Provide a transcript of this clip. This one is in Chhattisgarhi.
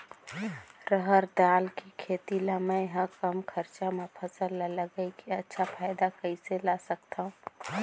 रहर दाल के खेती ला मै ह कम खरचा मा फसल ला लगई के अच्छा फायदा कइसे ला सकथव?